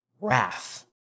wrath